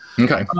okay